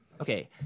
Okay